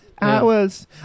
hours